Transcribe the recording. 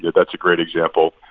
that's a great example.